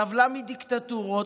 סבלה מדיקטטורות,